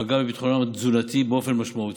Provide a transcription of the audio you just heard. פגע בביטחונה התזונתי באופן משמעותי,